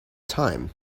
time